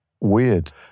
weird